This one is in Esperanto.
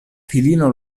filino